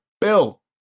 Bill